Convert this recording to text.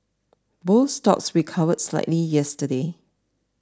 both stocks recovered slightly yesterday